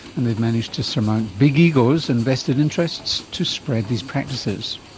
and they've managed to surmount big egos and vested interests to spread these practices.